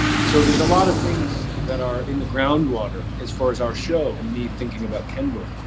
so there's a lot of things that are in the ground water as far as our show and me thinking about kendall.